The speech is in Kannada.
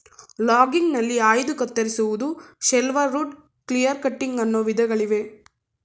ಲಾಗಿಂಗ್ಗ್ನಲ್ಲಿ ಆಯ್ದು ಕತ್ತರಿಸುವುದು, ಶೆಲ್ವರ್ವುಡ್, ಕ್ಲಿಯರ್ ಕಟ್ಟಿಂಗ್ ಅನ್ನೋ ವಿಧಗಳಿವೆ